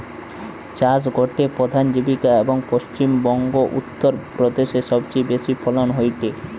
চাষ গটে প্রধান জীবিকা, এবং পশ্চিম বংগো, উত্তর প্রদেশে সবচেয়ে বেশি ফলন হয়টে